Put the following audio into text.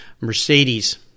Mercedes